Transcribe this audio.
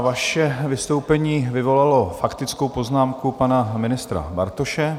Vaše vystoupení vyvolalo faktickou poznámku pana ministra Bartoše.